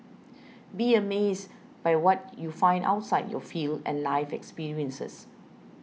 be amazed by what you find outside your field and life experiences